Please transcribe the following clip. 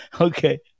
Okay